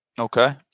Okay